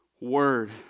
word